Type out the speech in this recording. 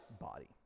body